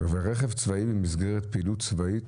ורכב צבאי במסגרת פעילות צבאית?